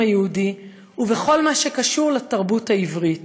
היהודי ובכל מה שקשור לתרבות העברית.